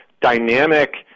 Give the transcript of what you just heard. dynamic